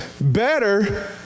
Better